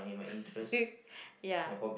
ya